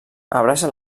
abraça